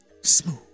Smooth